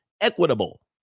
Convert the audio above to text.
equitable